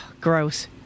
gross